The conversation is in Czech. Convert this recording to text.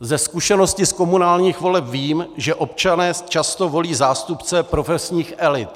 Ze zkušenosti z komunálních voleb vím, že občané často volí zástupce profesních elit.